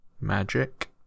magic